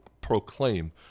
proclaim